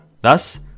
Thus